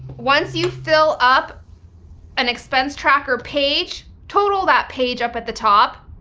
once you fill up an expense tracker page, total that page up at the top.